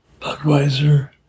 Budweiser